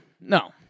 no